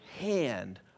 hand